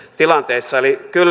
tilanteissa eli kyllä tehdään mutta